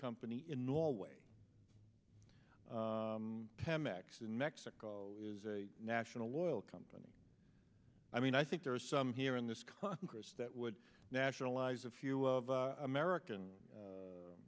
company in norway pemex in mexico is a national oil company i mean i think there are some here in this congress that would nationalize a few american